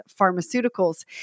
pharmaceuticals